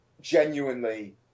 genuinely